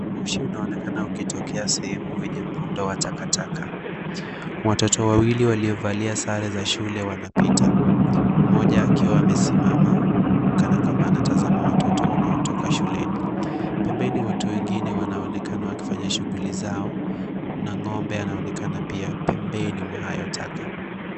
Moshi unaonekana ukitokea sehemu wenye mrundo wa takataka, Watoto wawili waliovalia sare za shule wanapita. Mmoja akiwa amesimama kana kwamba anatazama watoto wanaotoka shuleni. Pembeni watu wengine wanaonekana wakifanya shughuli zao na ngombe wanaonekana pia pembeni mwa hayo taka.